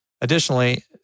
Additionally